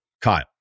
Kyle